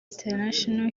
international